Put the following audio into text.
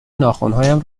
ناخنهایم